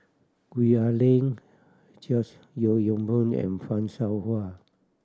Gwee Ah Leng George Yeo Yong Boon and Fan Shao Hua